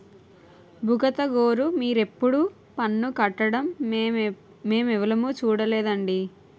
బుగతగోరూ మీరెప్పుడూ పన్ను కట్టడం మేమెవులుమూ సూడలేదండి